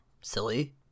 silly